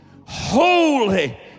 Holy